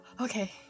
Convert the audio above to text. okay